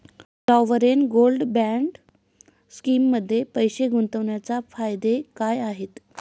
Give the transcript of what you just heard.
Sovereign gold bond स्कीममध्ये पैसे गुंतवण्याचे फायदे काय आहेत?